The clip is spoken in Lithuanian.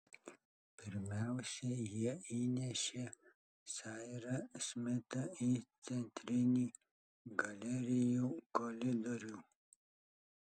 pirmiausia jie įnešė sairą smitą į centrinį galerijų koridorių